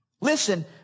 Listen